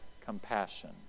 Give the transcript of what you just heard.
Compassion